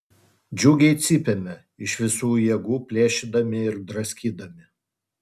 džiugiai cypėme iš visų jėgų plėšydami ir draskydami